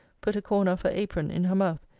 put a corner of her apron in her mouth,